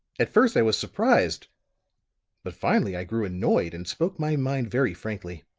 at first i was surprised but finally i grew annoyed, and spoke my mind very frankly.